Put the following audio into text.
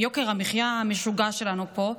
עם יוקר המחיה המשוגע שלנו פה,